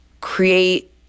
create